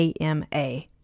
AMA